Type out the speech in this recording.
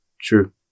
True